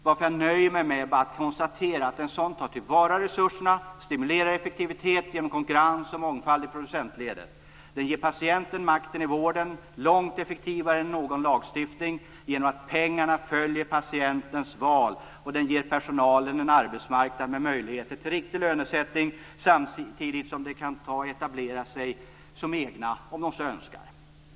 Därför nöjer jag mig med att konstatera att en sådan tar till vara resurserna och stimulerar effektivitet genom konkurrens och mångfald i producentledet. Den ger patienten makten i vården långt effektivare än någon lagstiftning genom att pengarna följer patientens val. Den ger också personalen en arbetsmarknad med möjligheter till en riktig lönesättning, samtidigt som de anställda kan etablera sig som egna, om de så önskar.